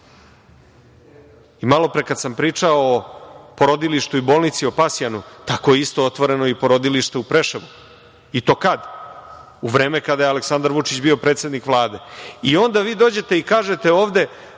pre kad sam pričao o porodilištu i bolnicu u Pasjanu, tako isto je otvoreno i porodilište u Preševu, i to kad? U vreme kada je Aleksandar Vučić bio predsednik Vlade. Onda, vi dođete i kažete ovde